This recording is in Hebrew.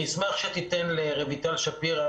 אני אשמח שתיתן לרויטל שפירא,